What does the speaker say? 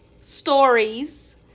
stories